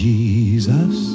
Jesus